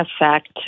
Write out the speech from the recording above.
effect